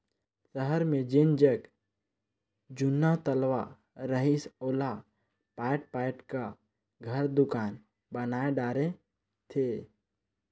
सहर मे जेन जग जुन्ना तलवा रहिस ओला पयाट पयाट क घर, दुकान बनाय डारे थे